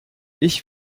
ich